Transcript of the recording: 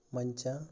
ಮಂಚ